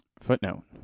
footnote